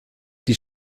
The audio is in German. die